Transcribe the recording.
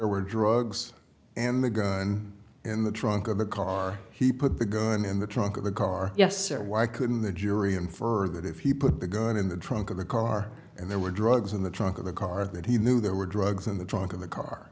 or drugs and the gun in the trunk of the car he put the gun in the trunk of the car yes or why couldn't the jury and for that if he put the gun in the trunk of the car and there were drugs in the trunk of the car that he knew there were drugs in the trunk of the car